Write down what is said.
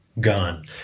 Gone